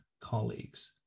colleagues